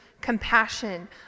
compassion